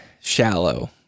shallow